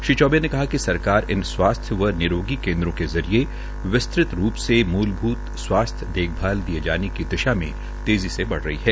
श्री चौबे ने कहा कि सरकार इन स्वास्थ्य व निरोगी केन्द्रों के जरिये विस्तृत रू से मूलभूत स्वास्थ्य देखभाल दिये जाने की दिशामें तेज़ी से बढ़ रही है